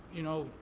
you know,